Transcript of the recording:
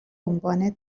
عنوان